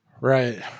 Right